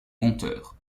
monteur